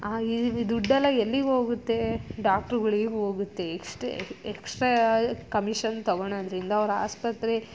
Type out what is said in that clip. ಆ ಈ ದುಡ್ಡೆಲ್ಲ ಎಲ್ಲಿಗೆ ಹೋಗುತ್ತೆ ಡಾಕ್ಟ್ರುಗಳಿಗೆ ಹೋಗುತ್ತೆ ಇಷ್ಟು ಎಕ್ಸ್ಟ್ರಾ ಕಮಿಷನ್ ತಗೋಳೋದ್ರಿಂದ ಅವ್ರ ಆಸ್ಪತ್ರೆ